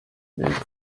iyi